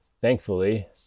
thankfully